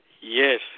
Yes